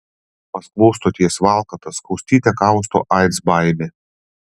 maskvos stoties valkatas kaustyte kausto aids baimė